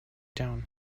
down